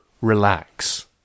relax